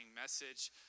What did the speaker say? message